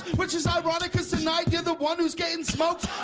which is ironic cause tonight you're the one who's getting smoked